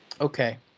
Okay